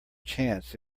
chance